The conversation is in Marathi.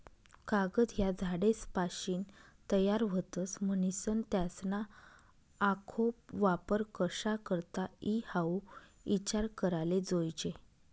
कागद ह्या झाडेसपाशीन तयार व्हतस, म्हनीसन त्यासना आखो वापर कशा करता ई हाऊ ईचार कराले जोयजे